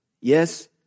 Yes